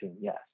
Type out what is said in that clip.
yes